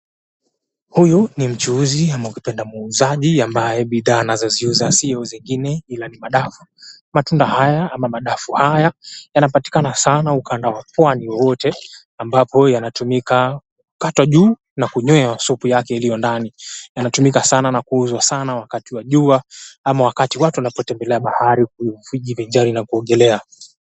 Huyu ni mchuuzi, ama ukipenda muuzaji ambaye bidhaa anazoziuza sio zingine ila ni madafu. Matunda haya ama madafu haya, yanapatikana sana ukanda wa pwani wowote. Ambapo yanatumika kukatwa juu, na kunywewa supu yake iliyo ndani. Yanatumika sana na kuuzwa sana wakati wa jua, ama wakati watu wanapotembelea bahari kujivinjari na kuogelea.